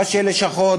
ראשי לשכות,